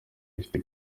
ifite